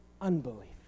unbelief